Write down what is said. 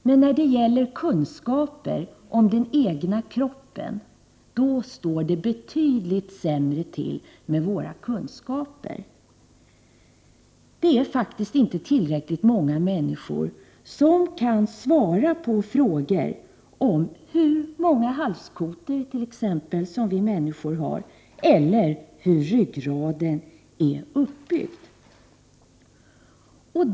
Men när det gäller kunskaper om den egna kroppen står det betydligt sämre till. Det är faktiskt inte särskilt många människor som kan svara på frågor som t.ex. hur många halskotor som vi människor har eller hur ryggraden är uppbyggd.